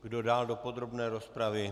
Kdo dál do podrobné rozpravy?